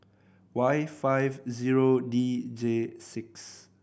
Y five zero D J six